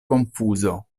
konfuzo